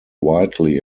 widely